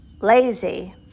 lazy